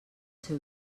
seu